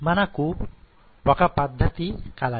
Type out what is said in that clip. మన వద్ద ఒక పద్ధతి కలదు